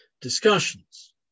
discussions